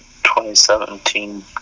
2017